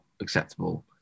acceptable